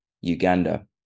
Uganda